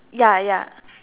ya ya